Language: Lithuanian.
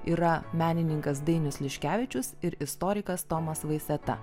yra menininkas dainius liškevičius ir istorikas tomas vaiseta